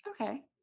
okay